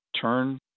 turn